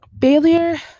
failure